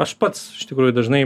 aš pats iš tikrųjų dažnai